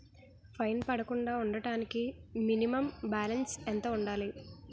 Fine పడకుండా ఉండటానికి minimum balance ఎంత ఉండాలి?